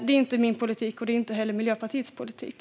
Det är varken min eller Miljöpartiets politik.